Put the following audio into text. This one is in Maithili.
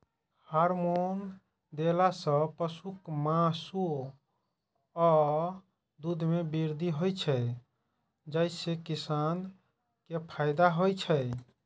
हार्मोन देला सं पशुक मासु आ दूध मे वृद्धि होइ छै, जइसे किसान कें फायदा होइ छै